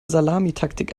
salamitaktik